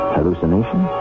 Hallucination